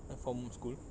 back from school